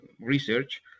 research